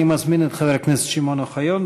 אני מזמין את חבר הכנסת שמעון אוחיון,